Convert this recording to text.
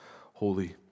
holy